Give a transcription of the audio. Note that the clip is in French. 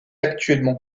actuellement